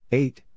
eight